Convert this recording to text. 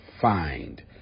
find